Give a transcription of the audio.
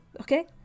okay